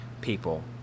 people